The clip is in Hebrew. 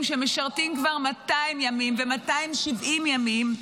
שמשרתים כבר 200 ימים ו-270 ימים,